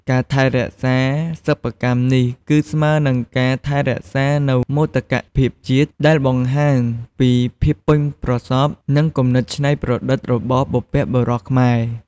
ការថែរក្សាសិប្បកម្មនេះ គឺស្មើនឹងការថែរក្សានូវមោទកភាពជាតិ ដែលបង្ហាញពីភាពប៉ិនប្រសប់ និងគំនិតច្នៃប្រឌិតរបស់បុព្វបុរសខ្មែរ។